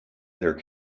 their